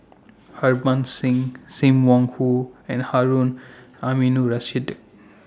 Harbans Singh SIM Wong Hoo and Harun Aminurrashid